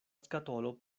skatolo